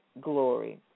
glory